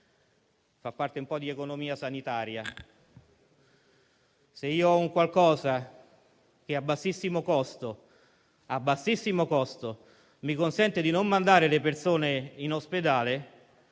fa parte di economia sanitaria. Io ho un qualcosa che, a bassissimo costo, mi consente di non mandare le persone in ospedale